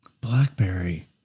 Blackberry